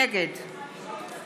נגד